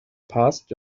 past